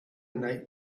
night